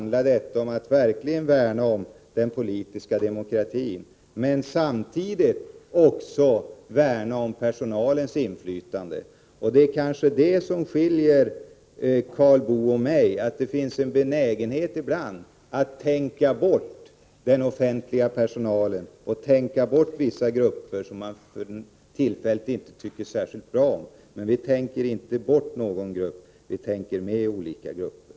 Det som skiljer Karl Boo och mig är kanske att det hos honom finns en benägenhet ibland att tänka bort den offentliga personalen. Men vi tänker Nr 166 inte bort någon grupp, vi tänker med olika grupper.